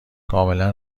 کاملا